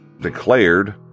declared